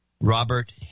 Robert